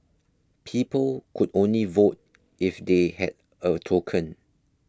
people could only vote if they had a token